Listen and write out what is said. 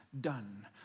done